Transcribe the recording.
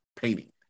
Painting